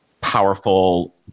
powerful